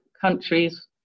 countries